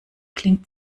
klingt